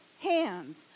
hands